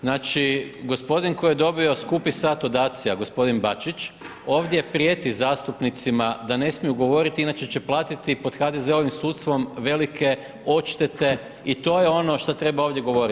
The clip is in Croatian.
Znači gospodin koji je dobio skupi sat od ACI-a, gospodin Bačić, ovdje prijeti zastupnicima da ne smiju govoriti inače će platiti pod HDZ-ovim sudstvom velike odštete i to je ono što treba ovdje govoriti.